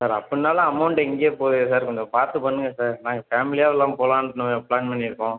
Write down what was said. sir அப்புடின்னாலும் amount எங்கேயோ போகுதே சார் கொஞ்சம் பார்த்து பண்ணுங்க சார் நாங்கள் ஃபேமிலியாக எல்லாம் போகலான்னு ப்ளான் பண்ணியிருக்கோம்